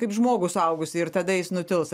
kaip žmogų suaugusį ir tada jis nutils